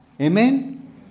Amen